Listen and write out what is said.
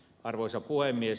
arvoisa puhemies